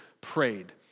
prayed